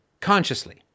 consciously